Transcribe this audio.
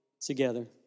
together